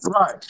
Right